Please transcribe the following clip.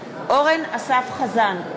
אורן אסף חזן,